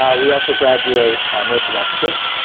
um we also graduate nurse anesthetists,